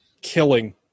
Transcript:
Killing